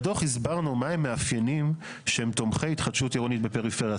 בדוח הסברנו מה הם מאפיינים שהם תומכי התחדשות עירונית בפריפריה.